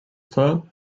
fur